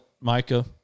Micah